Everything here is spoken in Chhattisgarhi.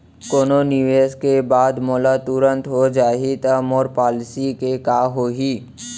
कोनो निवेश के बाद मोला तुरंत हो जाही ता मोर पॉलिसी के का होही?